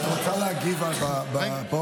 את רוצה להגיב פה?